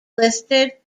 listed